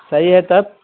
صحیح ہے تب